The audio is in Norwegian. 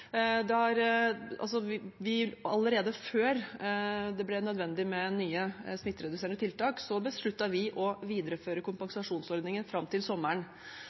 Allerede før det ble nødvendig med nye smittereduserende tiltak, besluttet vi å videreføre kompensasjonsordningen fram til sommeren.